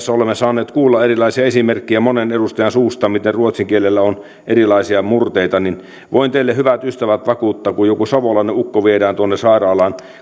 tässä olemme saaneet kuulla erilaisia esimerkkejä monen edustajan suusta miten ruotsin kielellä on erilaisia murteita niin voin teille hyvät ystävät vakuuttaa että kun joku savolainen ukko viedään tuonne sairaalaan